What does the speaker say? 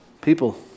people